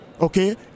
okay